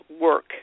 work